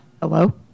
Hello